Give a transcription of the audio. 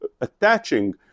attaching